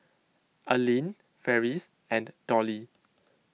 Allene Farris and Dollie